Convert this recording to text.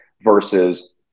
versus